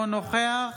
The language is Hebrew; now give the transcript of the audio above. אינו נוכח